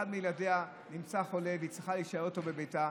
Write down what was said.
בתקופת הקורונה הרבה יותר אימהות צריכות להישאר בבית.